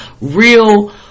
real